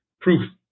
proof